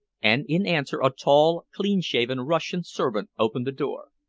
and in answer a tall, clean-shaven russian servant opened the door.